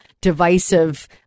divisive